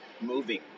moving